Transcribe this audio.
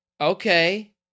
Okay